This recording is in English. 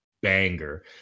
banger